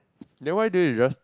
then why don't you just